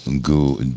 go